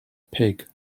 pig